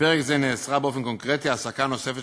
בפרק זה נאסרה באופן קונקרטי העסקה נוספת